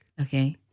Okay